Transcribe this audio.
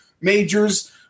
majors